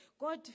God